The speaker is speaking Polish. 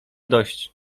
dość